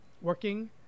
working